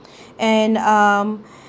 and um